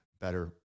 better